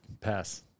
pass